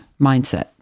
mindset